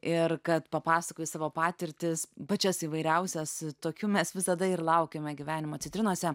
ir kad papasakojai savo patirtis pačias įvairiausias tokių mes visada ir laukiame gyvenimo citrinose